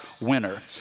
winner